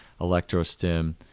ElectroStim